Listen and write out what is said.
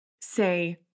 say